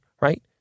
Right